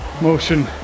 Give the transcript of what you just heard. motion